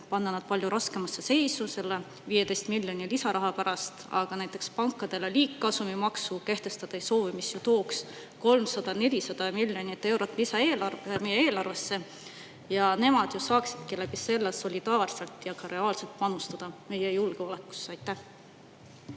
panna nad palju raskemasse seisu selle 15 miljoni eurose lisaraha pärast, aga näiteks pankadele liigkasumimaksu kehtestada ei soovi, mis tooks 300–400 miljonit eurot lisa meie eelarvesse. Nemad ju saaksidki selle kaudu solidaarselt ja ka reaalselt panustada meie julgeolekusse. Aitäh!